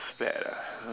fad ah